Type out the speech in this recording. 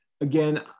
again